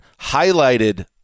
highlighted